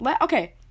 Okay